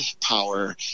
power